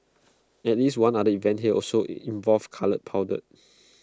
at least one other event here also involved coloured powder